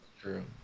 true